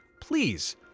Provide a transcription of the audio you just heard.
please